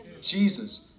Jesus